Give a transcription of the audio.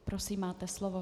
Prosím, máte slovo.